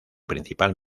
principal